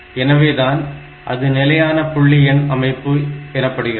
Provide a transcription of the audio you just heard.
எனவே தான் அது நிலையான புள்ளி எண் அமைப்பு எனப்படுகிறது